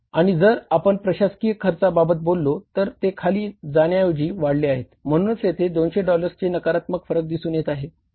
आणि जर आपण प्रशासकीय खर्चा बाबत बोललो तर ते खाली जाण्या ऐवजी वाढले आहेत म्हणूनच येथे 200 डॉलर्सचे नकारात्मक फरक दिसून येत आहे